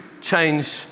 change